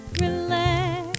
relax